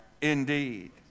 indeed